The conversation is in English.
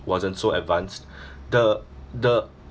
wasn't so advanced the the